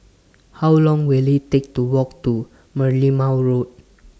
How Long Will IT Take to Walk to Merlimau Road